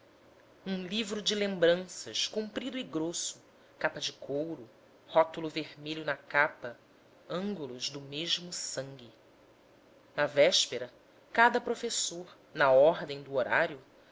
um livro de lembranças comprido e grosso capa de couro rótulo vermelho na capa ângulos do mesmo sangue na véspera cada professor na ordem do horário